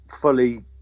fully